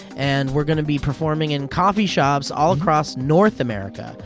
and we're going to be performing in coffee shops all across north america.